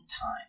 time